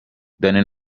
dany